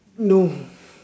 no